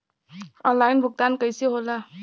Online भुगतान कईसे होला?